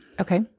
Okay